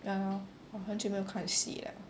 !hannor! 我很久没看戏 liao